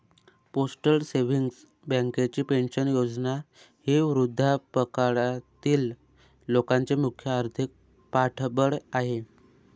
postal savings बँकेची pension योजना ही वृद्धापकाळातील लोकांचे मुख्य आर्थिक पाठबळ आहे